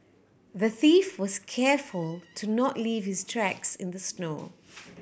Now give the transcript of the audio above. the thief was careful to not leave his tracks in the snow